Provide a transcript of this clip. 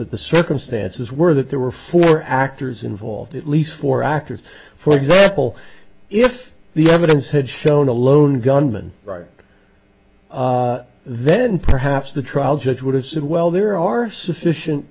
that the circumstances were that there were four actors involved at least four actors for example if the evidence had shown a lone gunman right then perhaps the trial judge would have said well there are sufficient